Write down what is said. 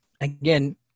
again